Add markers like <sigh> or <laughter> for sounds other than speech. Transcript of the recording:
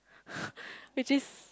<laughs> which is